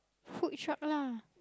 food shop lah